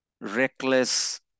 reckless